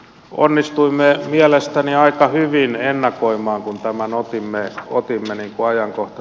onnistuimme mielestäni aika hyvin ennakoimaan kun tämän otimme ajankohtaiseksi asiaksi